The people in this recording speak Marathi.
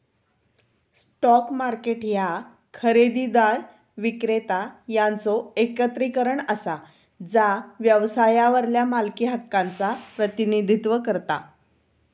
स्टॉक मार्केट ह्या खरेदीदार, विक्रेता यांचो एकत्रीकरण असा जा व्यवसायावरल्या मालकी हक्कांचा प्रतिनिधित्व करता